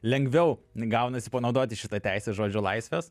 lengviau gaunasi panaudoti šitą teisę žodžio laisvės